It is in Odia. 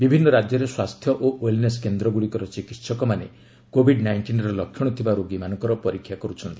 ବିଭିନ୍ନ ରାଜ୍ୟରେ ସ୍ୱାସ୍ଥ୍ୟ ଓ ଓ୍ବେଲ୍ନେସ୍ କେନ୍ଦ୍ର ଗୁଡ଼ିକର ଚିକିତ୍ସକମାନେ କୋଭିଡ୍ ନାଇଷ୍ଟିନ୍ର ଲକ୍ଷଣ ଥିବା ରୋଗୀମାନଙ୍କର ପରୀକ୍ଷା କରିଛନ୍ତି